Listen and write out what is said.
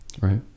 right